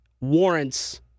warrants